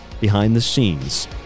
behind-the-scenes